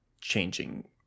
changing